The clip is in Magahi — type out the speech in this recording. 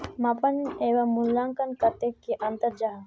मापन एवं मूल्यांकन कतेक की अंतर जाहा?